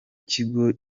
kigo